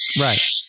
Right